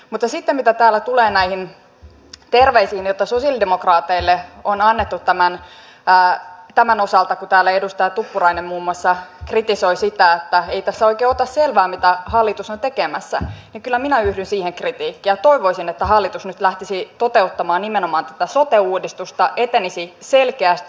mutta mitä sitten täällä tulee näihin terveisiin joita sosialidemokraateille on annettu tämän osalta kun täällä edustaja tuppurainen muun muassa kritisoi sitä että ei tässä oikein ota selvää mitä hallitus on tekemässä niin kyllä minä yhdyn siihen kritiikkiin ja toivoisin että hallitus nyt lähtisi toteuttamaan nimenomaan tätä sote uudistusta etenisi selkeästi